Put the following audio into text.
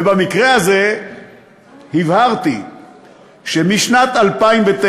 ובמקרה הזה הבהרתי שמשנת 2009,